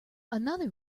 another